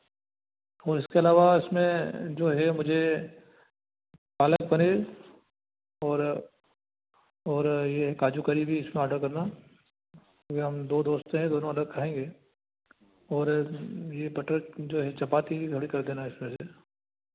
और इसके अलावा इसमें जो है मुझे पालक पनीर और और यह काजू करी भी इसका आधा करना यह हम दो दोस्त हैं दोनों अलग दोस्त खाएँगे और यह बटर जो है चपाती थोड़ी एड कर देना इसमें